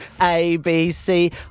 ABC